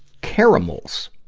caramels.